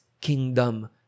kingdom